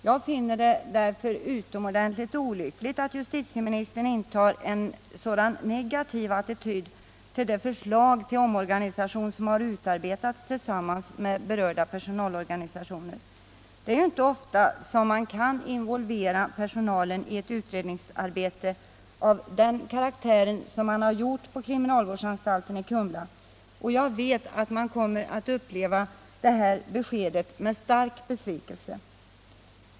Jag finner det därför utomordentligt beklagligt att Nr 84 justitieministern intar en så negativ attityd mot det förslag till omorganisation Tisdagen den som har utarbetats tillsammans med berörda personalorganisationer. Det är 28 februari 1978 ju inte ofta som man kan involvera personalen I ett utredningsarbete av den karaktär som har förekommit på kriminalvårdsanstalten Kumla, och jag vet Om försöksvoerk u d er d opleva det här beskedet med stark besvikelse.